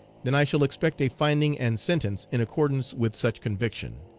then i shall expect a finding and sentence in accordance with such conviction.